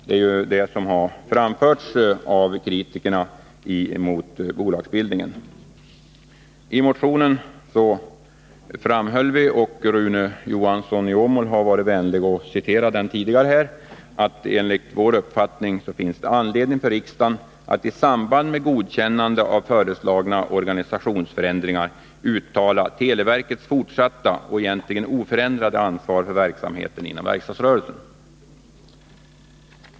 Det är ju farhågor för att samhällets ansvar skulle minska som framförts i kritiken mot bolagsbildningen. I motionen framhöll vi — Rune Johansson har varit vänlig att citera motionen här i kammaren — att det enligt vår uppfattning finns anledning för riksdagen att i samband med godkännande av föreslagna organisationsförändringar uttala att televerket kommer att ha fortsatt och egentligen oförändrat ansvar för verksamheten inom verkstadsrörelsen.